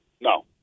No